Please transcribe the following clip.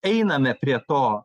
einame prie to